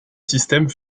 systèmes